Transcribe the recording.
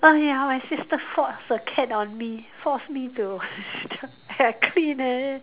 oh ya my sister force a cat on me force me to clean eh